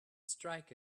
strike